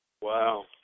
Wow